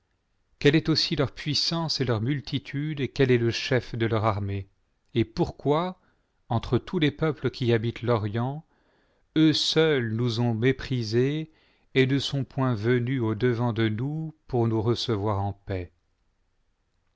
quelle est aussi leur puissance et leur multitude et quel est le chef de leur armée et pourquoi entre tous les peuples qui habitent l'orient eux seuls nous ont méprisés et ne sont point venus audevant de nous pour nous recevoir en paix